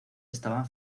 estaban